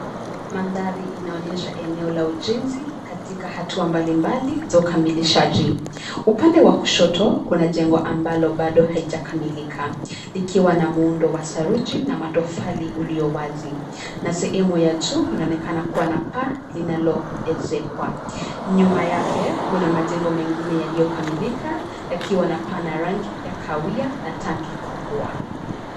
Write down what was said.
Mandhari inaonyesha eneo la ujenzi katika hatua mbali mbali za ukamilishaji, upande wa kushoto, kuna jengo ambalo bado haijakamilika, likiwa na muundo wa saruji na matofali uliowazi, na sehemu ya juu inaonekana kuwa na paa, linalo, ezekwa, nyuma yake, kuna majengo mengine yaliyokamilika, yakiwa na paa ya rangi ya kahawia na tanki kubwa.